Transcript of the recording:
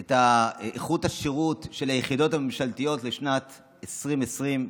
את איכות השירות של היחידות הממשלתיות לשנת 2020,